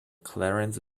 clarence